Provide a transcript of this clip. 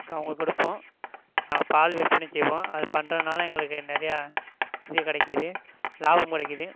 அவங்களுக்கு கொடுப்போம் பால் விற்பனை செய்வோம் அது பண்ணுறதுனால எங்களுக்கு நிறையா இது கிடைக்கிது லாபம் கிடைக்கிது